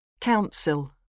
Council